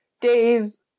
days